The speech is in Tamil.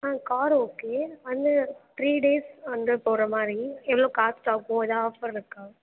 ஆ கார் ஓகே அங்கே த்ரீ டேஸ் வந்து போகிற மாதிரி எவ்வளோ காஸ்ட் ஆகும் ஏதும் ஆஃபர் இருக்கா